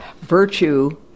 virtue